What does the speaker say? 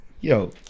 Yo